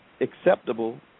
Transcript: acceptable